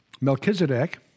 Melchizedek